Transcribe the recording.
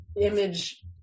image